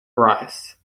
rice